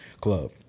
club